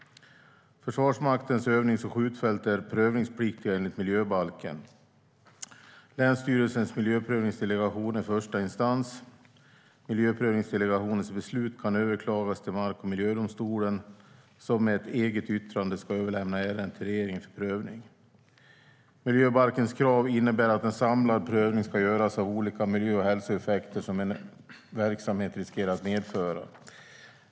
Försvarsmaktens övnings och skjutfält är prövningspliktiga enligt miljöbalken. Länsstyrelsens miljöprövningsdelegation är första instans. Miljöprövningsdelegationens beslut kan överklagas till mark och miljödomstolen, som med ett eget yttrande ska överlämna ärendet till regeringen för prövning. Miljöbalkens krav innebär att en samlad prövning ska göras av de olika miljö och hälsoeffekter som en verksamhet riskerar att medföra.